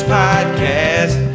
podcast